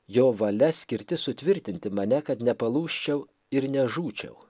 jo valia skirti sutvirtinti mane kad nepalūžčiau ir nežūčiau